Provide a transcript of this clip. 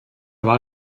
war